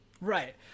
Right